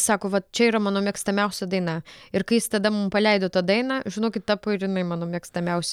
sako vat čia yra mano mėgstamiausia daina ir kai jis tada mum paleido tą dainą žinokit tapo ir jinai mano mėgstamiausia